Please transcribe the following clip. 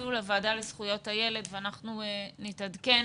אפילו לוועדה לזכויות הילד ואנחנו נתעדכן.